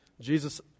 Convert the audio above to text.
Jesus